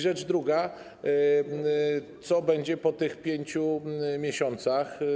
Rzecz druga: Co będzie po tych 5 miesiącach?